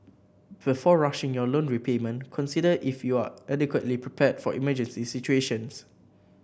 before rushing your loan repayment consider if you are adequately prepared for emergency situations